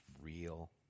real